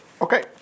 Okay